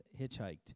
hitchhiked